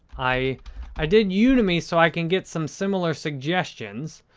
i i did yeah udemy so i can get some similar suggestions,